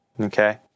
Okay